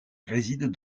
réside